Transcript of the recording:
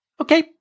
Okay